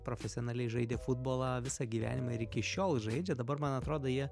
profesionaliai žaidė futbolą visą gyvenimą ir iki šiol žaidžia dabar man atrodo jie